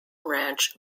ranch